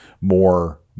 more